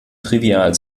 trivial